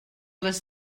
les